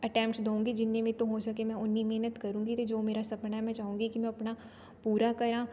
attempt ਦਊਂਗੀ ਜਿੰਨੀ ਮੇਰੇ ਤੋਂ ਹੋ ਸਕੇ ਮੈਂ ਉਨੀਂ ਮਿਹਨਤ ਕਰੂੰਗੀ ਅਤੇ ਜੋ ਮੇਰਾ ਸਪਨਾ ਮੈਂ ਚਾਹੂੰਗੀ ਕਿ ਮੈਂ ਆਪਣਾ ਪੂਰਾ ਕਰਾਂ